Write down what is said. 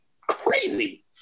crazy